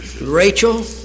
Rachel